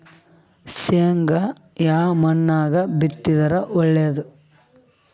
ಶೇಂಗಾ ಯಾ ಮಣ್ಣಾಗ ಬಿತ್ತಿದರ ಒಳ್ಳೇದು?